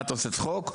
מה, אתה עושה צחוק?